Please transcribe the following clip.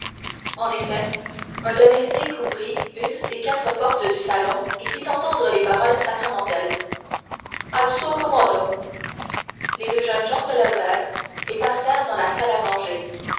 en effet un domestique ouvrit une des quatre portes du salon et fit entendre les paroles sacramentelles al suo commodo les deux jeunes gens se levèrent et passèrent dans la salle à manger